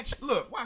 look